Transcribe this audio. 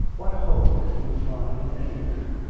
what hole can you find anywhere?